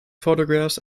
photographs